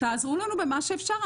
תעזרו לנו במה שאפשר,